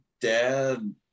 dad